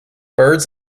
birds